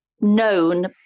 known